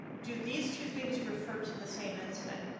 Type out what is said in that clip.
do these two things refer to the same incident?